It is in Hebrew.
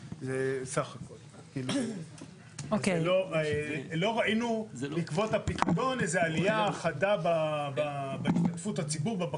לא ראינו בעקבות הפיקדון איזו עלייה חדה בהשתתפות הציבור.